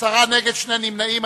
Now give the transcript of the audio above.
עשרה נגד, שני נמנעים.